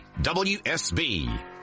WSB